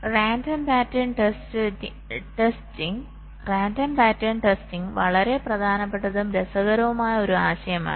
random pattern testing വളരെ പ്രധാനപ്പെട്ടതും രസകരവുമായ ഒരു ആശയമാണ്